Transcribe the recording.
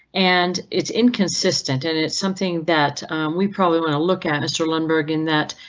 and it's inconsistent. and it's something that we probably want to look at. mr lundberg in that